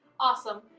awesome.